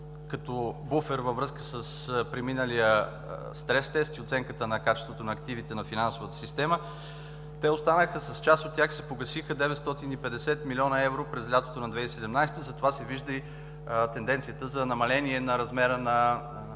като буфер, във връзка с преминалия стрес тест и оценката на качеството на активите на финансовата система. Те останаха и с част от тях се погасиха 950 млн. евро през лятото на 2017 г., затова се вижда и тенденцията за намаление на размера на